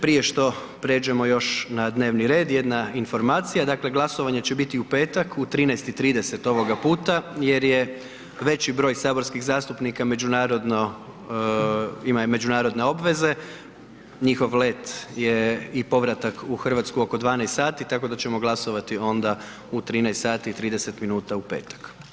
Prije što pređemo još na dnevni red, jedna informacija, dakle glasovanje će biti u petak u 13 i 30 ovoga puta jer je veći broj saborskih zastupnika međunarodno, ima i međunarodne obveze, njihov let je i povratak u Hrvatsku oko 12 sati, tako da ćemo onda u 13 sati i 30 minuta u petak.